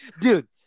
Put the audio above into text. dude